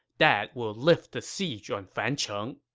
that will lift the siege on fancheng.